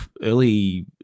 early